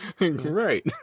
Right